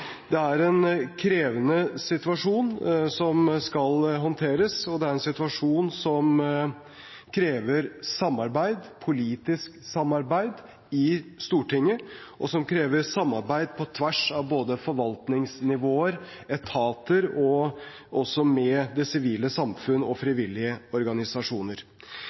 Det er en krevende situasjon som skal håndteres, og det er en situasjon som krever politisk samarbeid i Stortinget, og som krever samarbeid på tvers av både forvaltningsnivåer og etater og også med det sivile samfunn og frivillige organisasjoner.